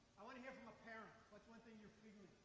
i want to hear from a parent. what's one thing you're feeling?